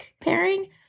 pairing